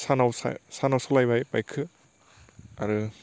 सानाव सालायबाय बाइक खौ आरो